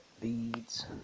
beads